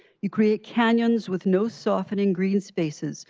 you create canyons with no softening green spaces,